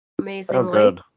Amazingly